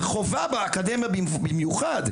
וחובה באקדמיה במיוחד,